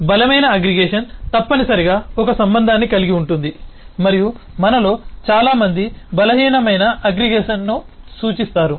కాబట్టి బలమైన అగ్రిగేషన్ తప్పనిసరిగా ఒక సంబంధాన్ని కలిగి ఉంటుంది మరియు మనలో చాలా మంది బలహీనమైన అగ్రిగేషన్ను సూచిస్తారు